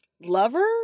lover